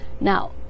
now